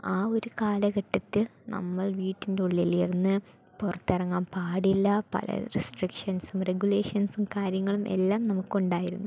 ആ ഒരു കാലഘട്ടത്തിൽ നമ്മൾ വീട്ടിൻ്റെ ഉള്ളിലിരുന്ന് പുറത്തിറങ്ങാൻ പാടില്ല പല റെസ്ട്രിക്ഷൻസും റെഗുലേഷൻസും കാര്യങ്ങളും എല്ലാം നമുക്കുണ്ടായിരുന്നു